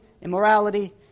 immorality